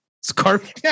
scarf